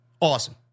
Awesome